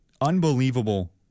Unbelievable